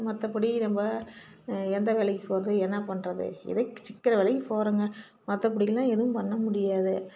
மற்றபடி நம்ம எந்த வேலைக்குப் போகிறது என்ன பண்ணுறது ஏதோ சிக்குகிற வேலைக்குப் போறேன்ங்க மற்றபடிக்கெல்லாம் எதுவும் பண்ண முடியாது